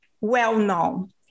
well-known